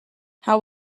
how